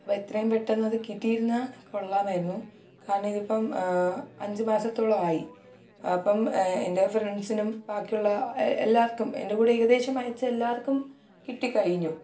അപ്പോൾ എത്രയും പെട്ടെന്ന് അത് കിട്ടിയിരുന്നാൽ കൊള്ളാമായിരുന്നു കാരണം ഇതിപ്പം അഞ്ച് മാസത്തോളമായി അപ്പം എൻ്റെ ഫ്രണ്ട്സിനും ബാക്കിയുള്ള എല്ലാവർക്കും എൻ്റെ കൂടെ ഏകദേശം അയച്ച എല്ലാവർക്കും കിട്ടിക്കഴിഞ്ഞു